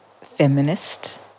feminist